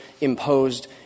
imposed